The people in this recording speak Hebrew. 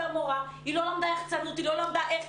היא לא למדה יח"צנות והיא לא למדה איך